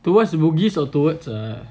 towards the bugis or towards err